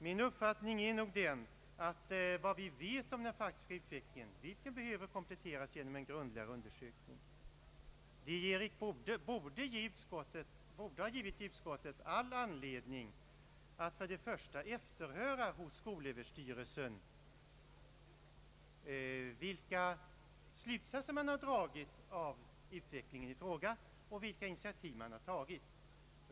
Min uppfattning är nog att vad vi vet om den faktiska utvecklingen — något som behöver kompletteras genom en grundligare undersökning — borde ha gett utskottet all anledning att först och främst efterhöra hos skolöverstyrelsen vilka slutsatser den har dragit av utvecklingen i fråga och vilka initiativ den har tagit.